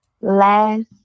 last